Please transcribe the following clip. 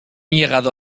llegado